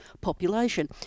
population